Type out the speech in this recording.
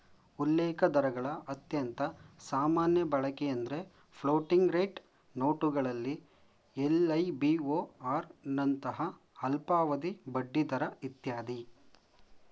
ಉಲ್ಲೇಖದರಗಳ ಅತ್ಯಂತ ಸಾಮಾನ್ಯ ಬಳಕೆಎಂದ್ರೆ ಫ್ಲೋಟಿಂಗ್ ರೇಟ್ ನೋಟುಗಳಲ್ಲಿ ಎಲ್.ಐ.ಬಿ.ಓ.ಆರ್ ನಂತಹ ಅಲ್ಪಾವಧಿ ಬಡ್ಡಿದರ ಇತ್ಯಾದಿ